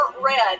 red